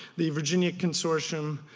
the virginia consortium,